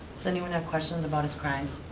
does anyone have questions about his crimes?